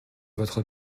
votre